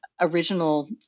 original